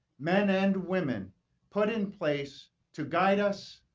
men and women put in place to guide us,